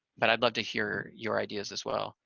but i'd love to hear your ideas as well,